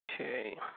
Okay